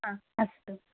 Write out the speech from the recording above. हा अस्तु